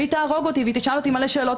והיא תהרוג אותי ותשאל אותי מלא שאלות,